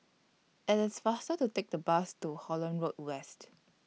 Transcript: IT IS faster to Take The Bus to Holland Road West